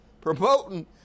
promoting